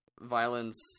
violence